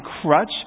crutch